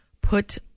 put